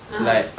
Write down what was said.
(uh huh)